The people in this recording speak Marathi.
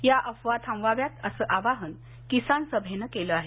या अफवा थांबवाव्यात असं आवाहन किसान सभेनं केल आहे